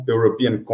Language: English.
European